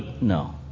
No